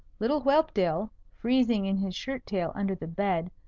little whelpdale, freezing in his shirt-tail under the bed,